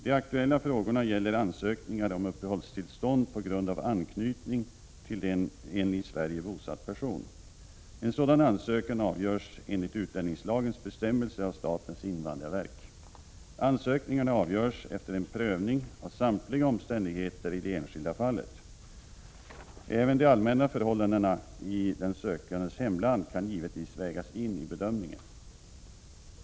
De aktuella frågorna gäller ansökningar om uppehållstillstånd på grund av anknytning till en i Sverige bosatt person. En sådan ansökan avgörs enligt utlänningslagens bestämmelser av statens invandrarverk. Ansökningarna avgörs efter en prövning av samtliga omständigheter i det enskilda fallet. Även de allmänna förhållandena i den sökandes hemland kan givetvis vägas in i bedömningen.